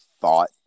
thought